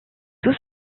tout